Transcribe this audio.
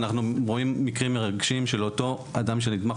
אנחנו רואים מקרים מרגשים של אותו אדם שנתמך,